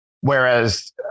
whereas